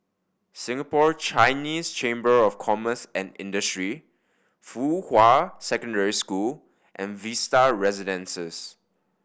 Singapore Chinese Chamber of Commerce and Industry Fuhua Secondary School and Vista Residences